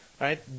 right